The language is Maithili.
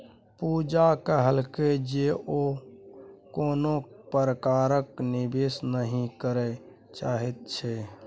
पूजा कहलकै जे ओ कोनो प्रकारक निवेश नहि करय चाहैत छै